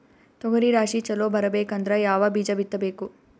ತೊಗರಿ ರಾಶಿ ಚಲೋ ಬರಬೇಕಂದ್ರ ಯಾವ ಬೀಜ ಬಿತ್ತಬೇಕು?